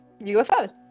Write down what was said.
UFOs